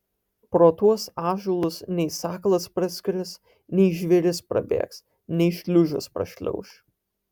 pro tuos ąžuolus nei sakalas praskris nei žvėris prabėgs nei šliužas prašliauš